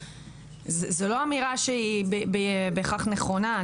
זו לא אמירה שהיא בהכרח נכונה.